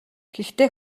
гэхдээ